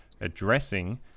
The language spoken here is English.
addressing